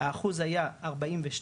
האחוז היה 42.3,